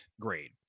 grade